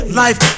life